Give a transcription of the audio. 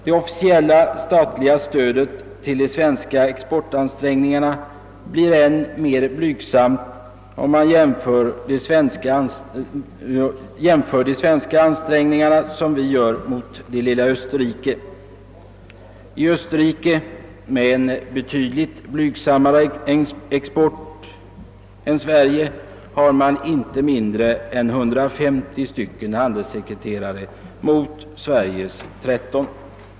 Det officiella statliga stödet till de svenska exportansträngningarna framstår som än mer blygsamt om man jämför de svenska ansträngningarna med vad som görs i det lilla Österrike. Österrike, med en betydligt blygsammare export än Sverige, har inte mindre än 150 handelssekreterare mot Sveriges 13.